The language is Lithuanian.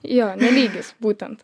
jo ne lygis būtent